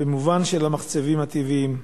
במובן של המחצבים הטבעיים.